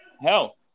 hell